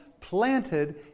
planted